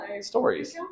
stories